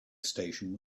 station